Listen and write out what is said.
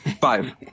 five